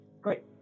Great